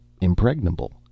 impregnable